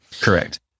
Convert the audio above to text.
Correct